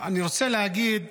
אני רוצה להגיד